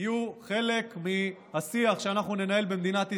יהיו חלק מהשיח שאנחנו ננהל במדינת ישראל.